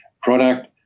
product